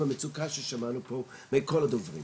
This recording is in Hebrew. והמצוקה ששמענו פה מכל הדוברים,